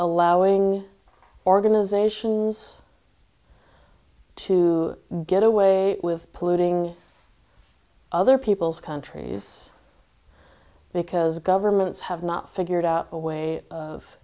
allowing organizations to get away with polluting other people's countries because governments have not figured out a way of